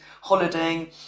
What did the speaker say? holidaying